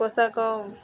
ପୋଷାକ